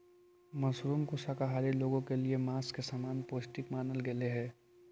mushroom को शाकाहारी लोगों के लिए मांस के समान पौष्टिक मानल गेलई हे